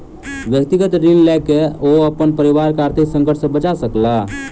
व्यक्तिगत ऋण लय के ओ अपन परिवार के आर्थिक संकट से बचा सकला